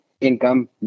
income